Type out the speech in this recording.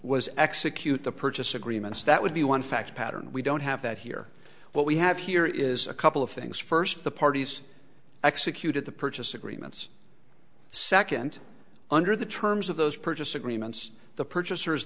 was execute the purchase agreements that would be one fact pattern we don't have that here what we have here is a couple of things first the parties executed the purchase agreements second under the terms of those purchase agreements the purchasers